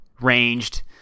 Ranged